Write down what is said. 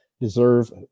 deserve